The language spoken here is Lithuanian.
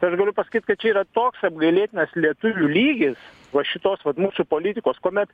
tai aš galiu pasakyt kad čia yra toks apgailėtinas lietuvių lygis va šitos vat mūsų politikos kuomet